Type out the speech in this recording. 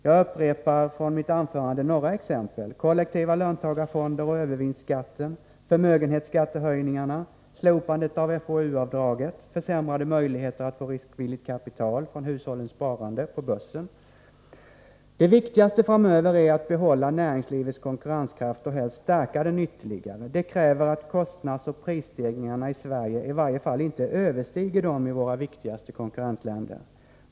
Jag upprepar några exempel från mitt anförande: — försämrade möjligheter att få riskvilligt kapital från hushållens sparande på börsen. Det viktigaste framöver är att behålla näringslivets konkurrenskraft och helst stärka den ytterligare. Det kräver att kostnadsoch prisstegringarna i Sverige i varje fall inte överstiger dem i våra viktigaste konkurrentländer.